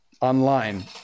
online